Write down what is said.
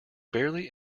barely